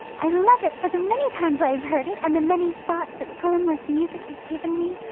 i love it for the many times i have heard it, and the many thoughts its harmless music has given me.